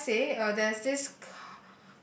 how would I say it uh there's this ca~